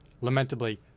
lamentably